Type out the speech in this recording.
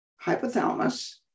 hypothalamus